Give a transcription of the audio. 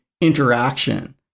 interaction